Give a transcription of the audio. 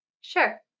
Sure